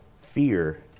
fear